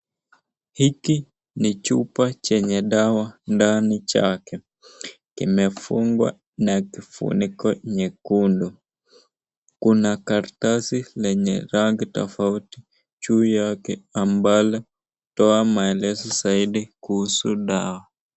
Hiki ni chupa chenye dawa ndani chake. Kimefungwa na kifuniko nyekundu. Kuna karatasi lenye rangi tofauti juu yake ambalo hutoa maelezo kuhusu dawa.